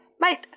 Mate